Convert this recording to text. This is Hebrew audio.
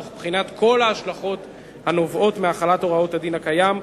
תוך בחינת כל ההשלכות הנובעות מהחלת הוראות הדין הקיים,